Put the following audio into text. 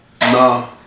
No